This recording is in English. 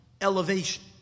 elevation